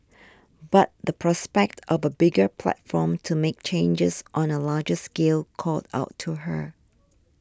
but the prospect of a bigger platform to make changes on a larger scale called out to her